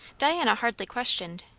diana hardly questioned,